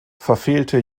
verfehlte